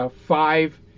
five